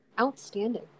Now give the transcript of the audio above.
outstanding